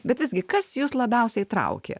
bet visgi kas jus labiausiai traukė